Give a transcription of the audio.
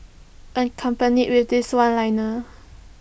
accompanied with this one liner